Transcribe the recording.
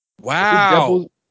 Wow